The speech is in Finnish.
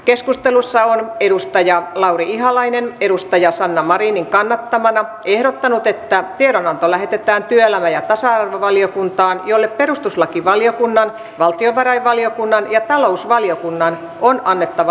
keskustelussa on lauri ihalainen sanna marinin kannattamana ehdottanut että tiedon anto lähetetään työelämä ja tasa arvovaliokuntaan jolle perustuslakivaliokunnan valtiovarainvaliokunnan ja talousvaliokunnan on annettava lausunto